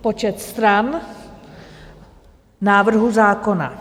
Počet stran návrhu zákona.